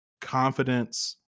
confidence